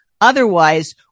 Otherwise